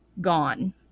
gone